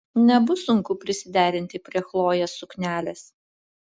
nebus sunku prisiderinti prie chlojės suknelės